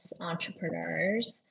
entrepreneurs